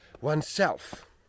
oneself